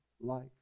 life